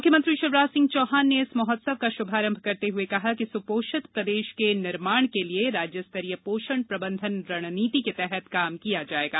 मुख्यमंत्री शिवराज सिंह चौहान ने इस महोत्सव का शुभारंभ करते हुए कहा कि सुपोषित प्रदेश के निर्माण के लिये राज्य स्तरीय पोषण प्रबंधन रणनीति के तहत काम किया जाएगा